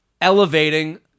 elevating